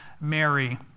Mary